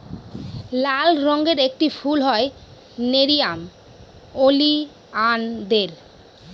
লাল রঙের একটি ফুল হয় নেরিয়াম ওলিয়ানদের